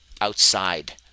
outside